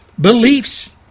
beliefs